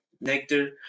nectar